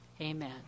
Amen